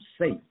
safe